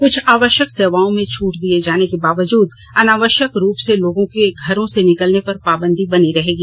क्छ आवश्यक सेवाओं में छूट दिए जाने के साथ अनावश्यक रूप से लोगों के घरों से निकलने पर पाबंदी बनी रहेगी